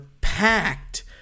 packed